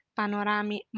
panorami